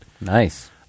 Nice